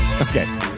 Okay